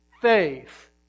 faith